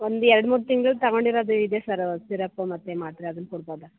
ಒಂದು ಎರಡು ಮೂರು ತಿಂಗಳು ತಗೊಂಡಿರೋದು ಇದೆ ಸರು ಸಿರಪ್ಪು ಮತ್ತು ಮಾತ್ರೆ ಅದನ್ನು ಕೊಡ್ಬೌದಾ